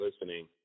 listening